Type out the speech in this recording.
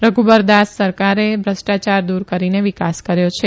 રધુબરદાસ સરકારે ભ્રષ્ટાયાર દુર કરીને વિકાસ કર્યો છે